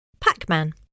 Pac-Man